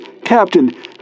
Captain